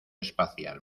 espacial